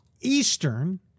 Eastern